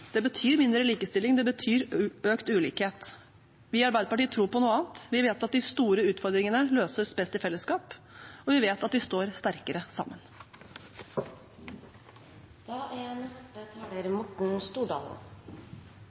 igjen, betyr mindre likestilling, det betyr økt ulikhet. Vi i Arbeiderpartiet tror på noe annet. Vi vet at de store utfordringene løses best i fellesskap, og vi vet at vi står sterkere sammen. Fremskrittspartiet er